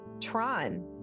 Tron